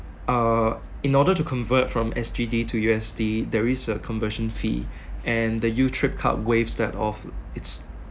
uh in order to convert from S_G_D to U_S_D there is a conversion fee and the youtrip card waives that off it's